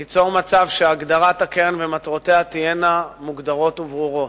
כדי ליצור מצב שהקרן ומטרותיה תהיינה מוגדרות וברורות.